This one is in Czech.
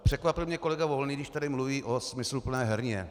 Překvapil mě kolega Volný, když tady mluvil o smysluplné herně.